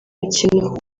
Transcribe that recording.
mukino